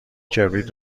کبریت